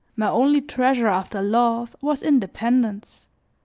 my only treasure after love, was independence.